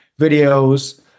videos